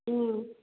ಹ್ಞೂ